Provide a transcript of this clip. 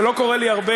זה לא קורה לי הרבה,